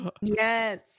Yes